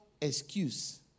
excuse